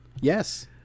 Yes